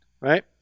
Right